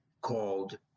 called